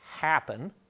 happen